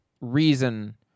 reason